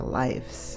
lives